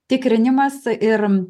tikrinimas ir